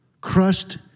crushed